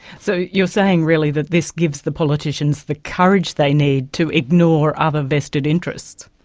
so you're saying really that this gives the politicians the courage they need to ignore other vested interests.